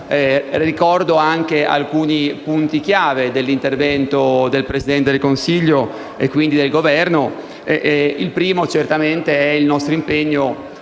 Ricorderò anche alcuni punti chiave dell'intervento del Presidente del Consiglio e quindi del Governo. Il primo certamente è il nostro impegno